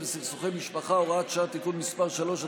בסכסוכי משפחה (הוראת שעה) (תיקון מס' 3),